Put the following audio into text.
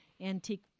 antique